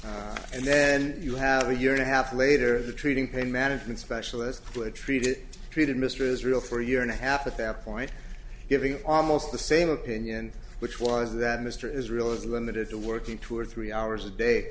properly and then you have a year and a half later the treating pain management specialist would treat it treated mr israel for a year and a half at that point giving almost the same opinion which was that mr israel is limited to working two or three hours a day